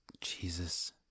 Jesus